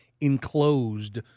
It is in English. enclosed